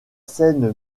scène